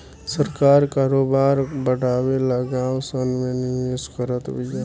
सरकार करोबार बड़ावे ला गाँव सन मे निवेश करत बिया